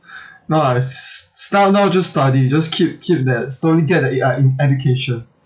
now I s~ s~ now now just study just keep keep that slowly get that in education